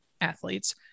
athletes